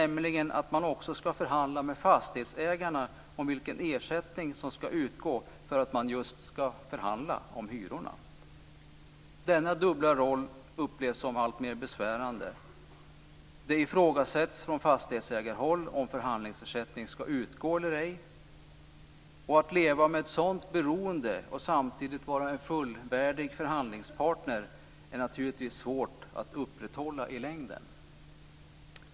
Man skall också förhandla med fastighetsägarna om vilken ersättning som skall utgå för att just förhandla om hyrorna. Denna dubbla roll upplevs som alltmer besvärande. Det ifrågasätts från fastighetsägarhåll om förhandlingsersättning skall utgå eller ej. Det är naturligtvis svårt att i längden leva med ett sådant beroende och samtidigt vara fullvärdig förhandlingspartner.